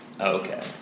Okay